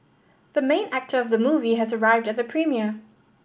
the main actor of the movie has arrived at the premiere